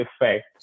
effect